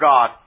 God